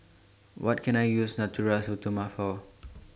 What Can I use Natura Stoma For